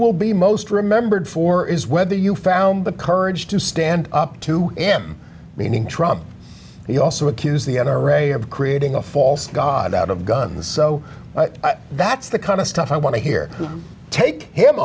will be most remembered for is whether you found the courage to stand up to him meaning trump you also accuse the n r a of creating a false god out of guns so that's the kind of stuff i want to hear take him